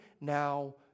now